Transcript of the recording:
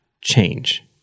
change